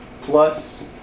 plus